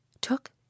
Took